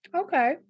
Okay